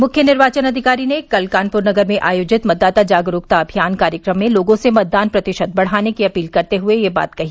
मुख्य निर्वाचन अधिकारी ने कल कानपुर नगर में आयोजित मतदाता जागरूकता अभियान कार्यक्रम में लोगों से मतदान प्रतिशत बढ़ाने की अपील करते हुए यह बात कही